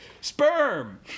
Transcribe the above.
Sperm